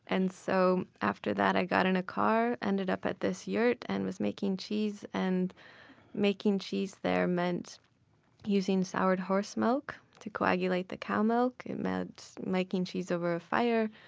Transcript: and so after that, i got in a car, ended up at this yurt, and was making cheese. and making cheese there meant using soured horse milk to coagulate the cow milk. it meant making cheese over a fire,